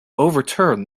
overturned